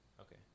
Okay